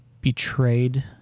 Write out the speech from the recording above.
betrayed